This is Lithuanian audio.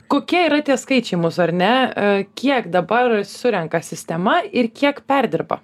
kokie yra tie skaičiai mūsų ar ne kiek dabar surenka sistema ir kiek perdirba